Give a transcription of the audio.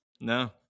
No